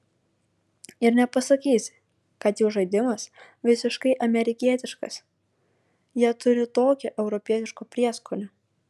ir nepasakysi kad jų žaidimas visiškai amerikietiškas jie turi tokio europietiško prieskonio